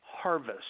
Harvest